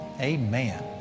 Amen